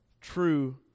true